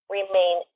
remain